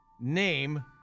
Name